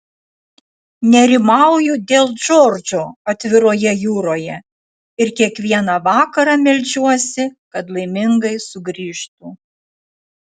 nerimauju dėl džordžo atviroje jūroje ir kiekvieną vakarą meldžiuosi kad laimingai sugrįžtų